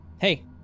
Hey